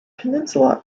peninsula